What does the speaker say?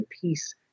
peace